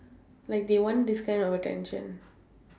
like they want this kind of attention